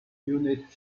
unit